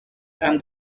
and